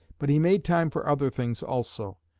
but he made time for other things also.